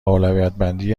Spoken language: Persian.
اولویتبندی